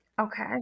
Okay